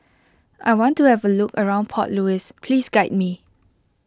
I want to have a look around Port Louis please guide me